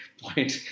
point